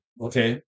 Okay